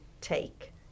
take